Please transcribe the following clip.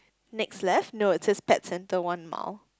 next left no it says pet centre one mile